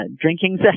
drinking